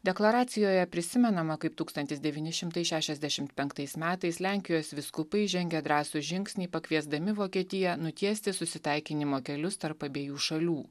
deklaracijoje prisimenama kaip tūkstantis devyni šimtai šešiasdešimt penktais metais lenkijos vyskupai žengė drąsų žingsnį pakviesdami vokietiją nutiesti susitaikinimo kelius tarp abiejų šalių